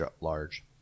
large